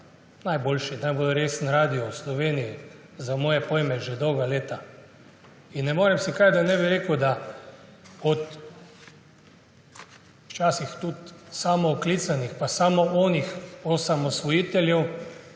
najboljši, najbolj resen radio v Sloveniji za moje pojme že dolga leta. Ne morem si kaj, da ne bi rekel, da včasih tudi od samooklicanih pa samo onih osamosvojiteljev